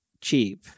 cheap